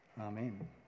Amen